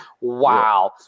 wow